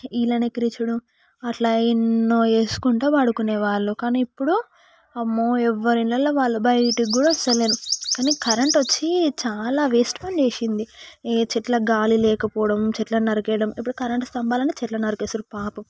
వీళ్ళని ఎక్కిరించుడు అట్లా ఎన్నో వేసుకుంటాను పడుకునే వాళ్ళు కానీ ఇప్పుడు అమ్మో ఎవరి ఇళ్ళలో వాళ్ళు బయటకు కూడా వస్తలేరు కానీ కరెంట్ వచ్చి చాలా వేస్ట్ పని చేసింది ఈ చెట్లకు గాలి లేకపోవడం చెట్లను నరికేయడం ఇప్పుడు కరెంట్ స్తంభాల అని చెట్లు నరికేస్తు ఉంటారు పాపం